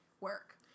work